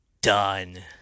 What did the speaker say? Done